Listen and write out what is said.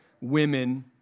women